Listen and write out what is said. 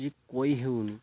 ଯେ କହି ହେଉନି